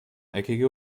eckige